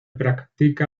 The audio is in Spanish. practica